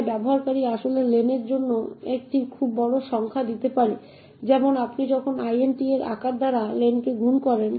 তাই ব্যবহারকারী আসলে লেনের জন্য একটি খুব বড় সংখ্যা দিতে পারে যেমন আপনি যখন int এর আকার দ্বারা লেনকে গুণ করেন